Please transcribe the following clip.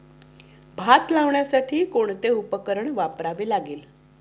भात लावण्यासाठी कोणते उपकरण वापरावे लागेल?